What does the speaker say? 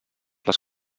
les